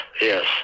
Yes